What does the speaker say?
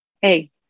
Hey